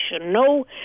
no